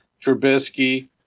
Trubisky –